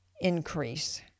increase